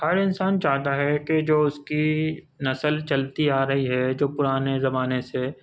ہر انسان چاہتا ہے كہ جو اُس كی نسل چلتی آ رہی ہے جو پُرانے زمانے سے